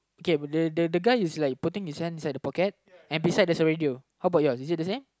okay but the the guy is like putting his hand inside the pocket and beside there's a radio how about yours is it the same